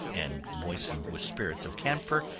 and moistened with spirits of camphor,